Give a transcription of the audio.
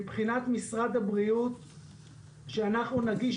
מבחינת משרד הבריאות שאנחנו נגיש